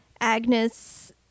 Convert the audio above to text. Agnes